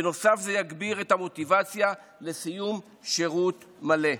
בנוסף, זה יגביר את המוטיבציה לסיום שירות מלא.